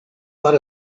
lot